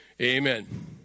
Amen